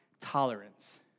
tolerance